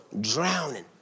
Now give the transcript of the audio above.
drowning